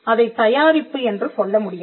அதைத் தயாரிப்பு என்று சொல்ல முடியாது